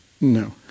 No